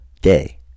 day